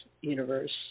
universe